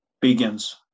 begins